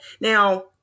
Now